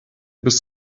bis